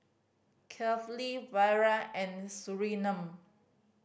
Kefli Wira and Surinam